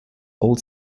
old